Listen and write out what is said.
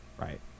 Right